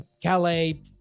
Calais